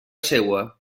seua